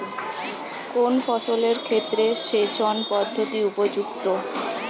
কোন ফসলের ক্ষেত্রে সেচন পদ্ধতি উপযুক্ত?